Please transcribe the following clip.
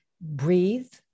breathe